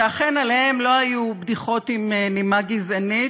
שאכן, עליהם לא היו בדיחות עם נימה גזענית,